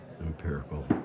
empirical